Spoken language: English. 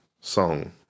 song